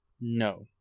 No